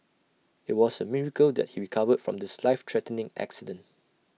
IT was A miracle that he recovered from this life threatening accident